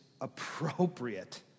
appropriate